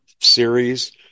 series